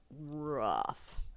rough